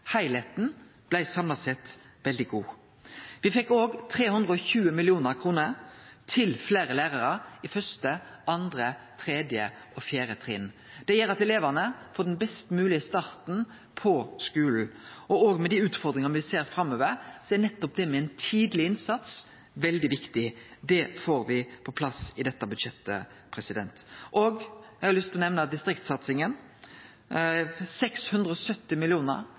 Heilskapen blei, samla sett, veldig god. Me fekk òg 320 mill. kr til fleire lærarar på 1., 2., 3. og 4. trinn. Det gjer at elevane får den best moglege starten på skulen. Med dei utfordringane me òg ser framover, er nettopp dette med ein tidleg innsats veldig viktig. Det får me på plass i dette budsjettet. Eg har òg lyst til å nemne distriktssatsinga. 670